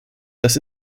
das